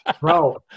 Bro